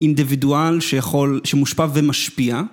אינדיבידואל שמושפע ומשפיע